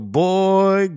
boy